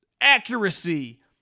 accuracy